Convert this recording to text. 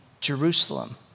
Jerusalem